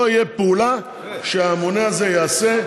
לא תהיה פעולה שהמונה הזה יעשה,